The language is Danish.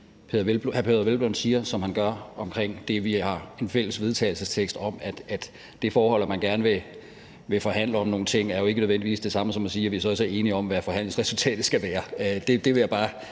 Hvelplund siger om det, vi har en fælles vedtagelsestekst om. Altså, det forhold, at man gerne vil forhandle om nogle ting, er jo ikke nødvendigvis det samme som at sige, at vi så også er enige om, hvad forhandlingsresultatet skal være. Det vil jeg bare